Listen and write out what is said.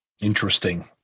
Interesting